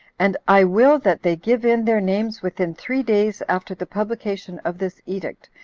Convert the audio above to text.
and i will that they give in their names within three days after the publication of this edict,